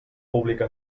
pública